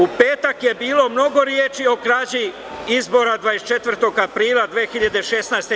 U petak je bilo mnogo reči o krađi izbora 24. aprila 2016. godine.